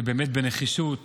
שבאמת בנחישות